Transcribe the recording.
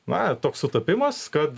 na toks sutapimas kad